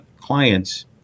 clients